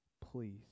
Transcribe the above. please